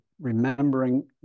remembering